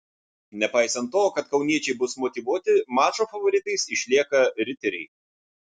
nepaisant to kad kauniečiai bus motyvuoti mačo favoritais išlieka riteriai